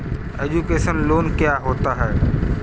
Education loan क्या होता है?